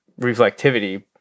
reflectivity